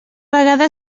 vegada